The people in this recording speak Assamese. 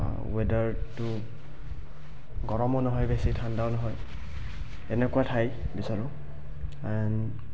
ৱেডাৰটো গৰমো নহয় বেছি ঠাণ্ডাও নহয় এনেকুৱা ঠাই বিচাৰোঁ এণ্ড